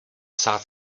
psát